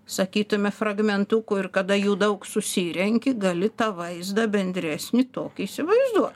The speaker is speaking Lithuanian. sakytume fragmentų kur kada jų daug susirenki gali tą vaizdą bendresnį tokį įsivaizduot